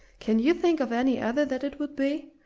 can you think of any other that it would be?